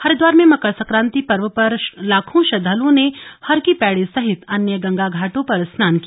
हरिद्वार में मकर सक्रांति पर्व पर लाखों श्रद्दालुओं ने हरकी पैड़ी सहित अन्य गंगा घाटों पर स्नान किया